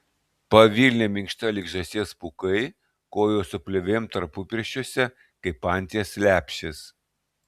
pavilnė minkšta lyg žąsies pūkai kojos su plėvėm tarpupirščiuose kaip anties lepšės